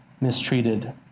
mistreated